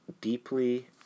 deeply